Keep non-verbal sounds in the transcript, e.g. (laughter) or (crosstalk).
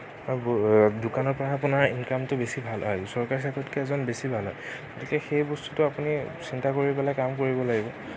(unintelligible) দোকানৰ পৰাহে আপোনাৰ ইনকামটো বেছি ভাল হয় চৰকাৰী চাকৰিতকে (unintelligible) বেছি ভাল হয় গতিকে সেই বস্তুটো আপুনি চিন্তা কৰি পেলাই কাম কৰিব লাগিব